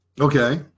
Okay